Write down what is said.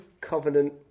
covenant